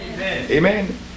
Amen